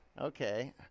Okay